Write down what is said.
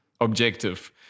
objective